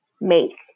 make